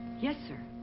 yes, sir.